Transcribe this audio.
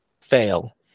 fail